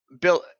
bill